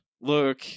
look